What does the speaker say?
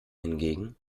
hingegen